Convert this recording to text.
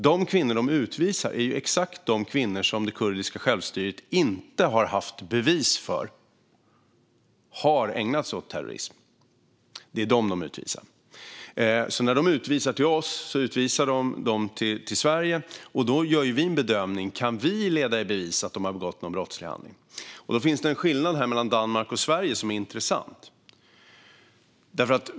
De kvinnor som utvisas är exakt de kvinnor som det kurdiska självstyret inte har haft bevis för har ägnat sig åt terrorism. Det är dem man utvisar. Man utvisar alltså dessa kvinnor till Sverige, och då gör vi en bedömning av om vi kan leda i bevis att de har begått en brottslig handling. Där finns det en skillnad mellan Danmark och Sverige som är intressant.